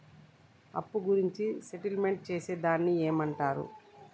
అప్పు గురించి సెటిల్మెంట్ చేసేదాన్ని ఏమంటరు?